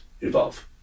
evolve